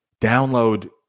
download